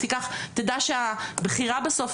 תדע שהבחירה בסוף,